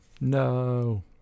No